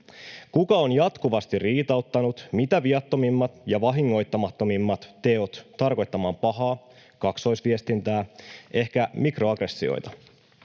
Kuka on jatkuvasti riitauttanut mitä viattomimmat ja vahingoittamattomimmat teot tarkoittamaan pahaa, kaksoisviestintää, ehkä mikroaggressioita?